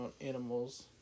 animals